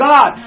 God